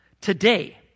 Today